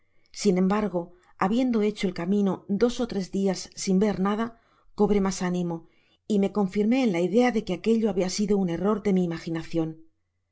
sin embargo habiendo hecho el camino dos ó tres dias sin ver nada cobré mas ánimo y me confirmé en la idea de que aquello habia sido un error de mi imaginacion